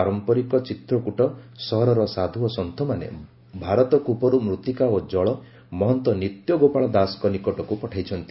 ପାରମ୍ପରିକ ଚିତ୍ରକୂଟ ସହରର ସାଧୁ ଓ ସନ୍ଥମାନେ ଭାରତ କ୍ରପରୁ ମୃତ୍ତିକା ଓ ଜଳ ମହନ୍ତ ନିତ୍ୟଗୋପାଳ ଦାସଙ୍କ ନିକଟକୁ ପଠାଇଛନ୍ତି